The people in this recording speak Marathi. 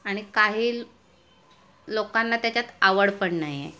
आणि काही लोकांना त्याच्यात आवड पण नाही आहे